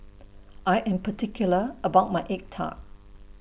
I Am particular about My Egg Tart